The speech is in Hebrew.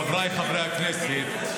חבריי חברי הכנסת,